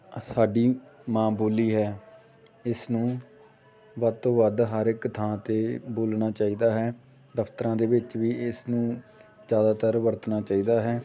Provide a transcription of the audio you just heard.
ਸਾਡੀ ਮਾਂ ਬੋਲੀ ਹੈ ਇਸ ਨੂੰ ਵੱਧ ਤੋਂ ਵੱਧ ਹਰ ਇੱਕ ਥਾਂ 'ਤੇ ਬੋਲਣਾ ਚਾਹੀਦਾ ਹੈ ਦਫਤਰਾਂ ਦੇ ਵਿੱਚ ਵੀ ਇਸ ਨੂੰ ਜ਼ਿਆਦਾਤਰ ਵਰਤਣਾ ਚਾਹੀਦਾ ਹੈ